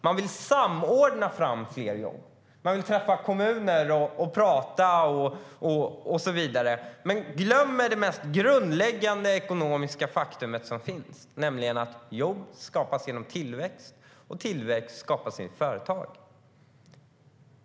Man vill samordna fram fler jobb. Man vill träffa kommuner och prata och så vidare, men glömmer det mest grundläggande ekonomiska faktum som finns, nämligen att jobb skapas genom tillväxt och att tillväxt skapas i företag.